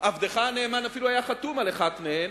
עבדך הנאמן אפילו היה חתום על אחת מהן,